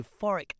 euphoric